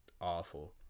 awful